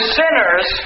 sinners